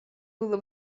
было